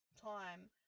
time